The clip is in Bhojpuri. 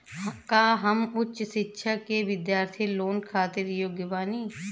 का हम उच्च शिक्षा के बिद्यार्थी लोन खातिर योग्य बानी?